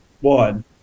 one